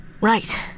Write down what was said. Right